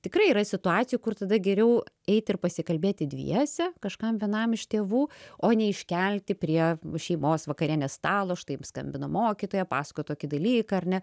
tikrai yra situacijų kur tada geriau eit ir pasikalbėti dviese kažkam vienam iš tėvų o neiškelti prie šeimos vakarienės stalo štai skambino mokytoja pasakojo tokį dalyką ar ne